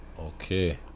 Okay